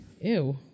Ew